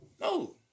No